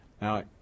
Now